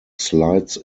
slides